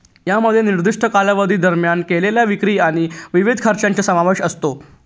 यामध्ये निर्दिष्ट कालावधी दरम्यान केलेल्या विक्री आणि विविध खर्चांचा समावेश असतो